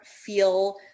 feel